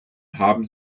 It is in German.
haben